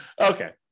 Okay